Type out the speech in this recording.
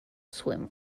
swim